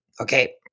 Okay